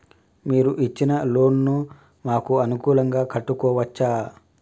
మీరు ఇచ్చిన లోన్ ను మాకు అనుకూలంగా కట్టుకోవచ్చా?